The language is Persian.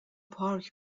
پارک